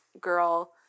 girl